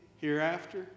hereafter